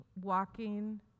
walking